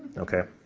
ok.